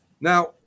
Now